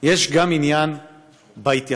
יש גם עניין בהתייחסות,